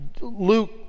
Luke